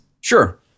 Sure